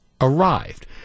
arrived